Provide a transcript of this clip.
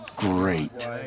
Great